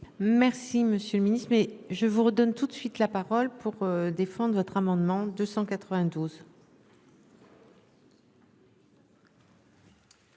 Merci Monsieur le Ministre. Mais je vous redonne tout de suite la parole pour défendre votre amendement 292.